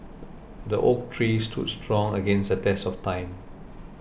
the oak tree stood strong against the test of time